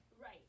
Right